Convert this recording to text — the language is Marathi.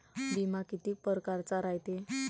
बिमा कितीक परकारचा रायते?